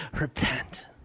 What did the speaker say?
Repent